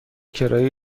کرایه